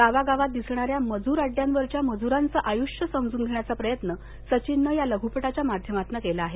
गावागावात दिसणाऱ्या मजूर अङ्ड्यावरच्या मजुरांचं आयुष्य समजून धेण्याचा प्रयत्न सचिननं या लघुपटाच्या माध्यमातून केला आहे